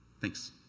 Thanks